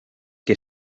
que